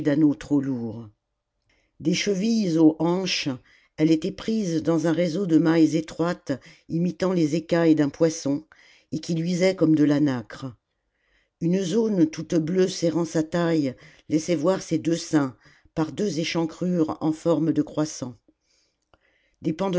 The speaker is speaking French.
trop lourds des chevilles aux hanches elle était prise dans un réseau de mailles étroites imitant les écailles d'un poisson et qui luisaient comme de la nacre une zone toute bleue serrant sa taille laissait voir ses deux seins par deux échancrures en forme de croissant